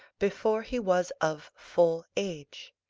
before he was of full age.